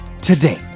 today